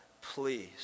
please